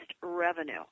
revenue